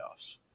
playoffs